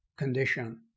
condition